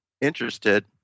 interested